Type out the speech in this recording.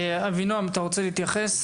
אבינועם, אתה רוצה להתייחס?